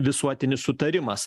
visuotinis sutarimas